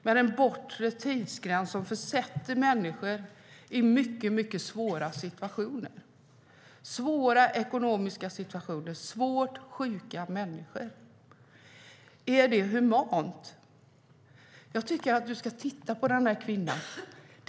Men en bortre tidsgräns som försätter svårt sjuka människor i mycket svåra ekonomiska situationer, är det humant? Jag tycker att du ska titta på den här kvinnan, Linus Bylund.